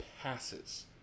passes